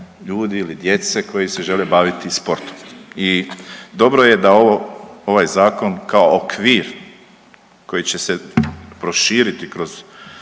ljudi ili djece koja se žele baviti sportom. I dobro je da ovaj zakon kao okvir koji će se proširiti kroz